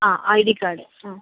ആ I D card ആ